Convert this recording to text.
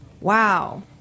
wow